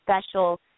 special